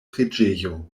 preĝejo